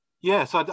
yes